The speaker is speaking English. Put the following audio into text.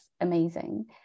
amazing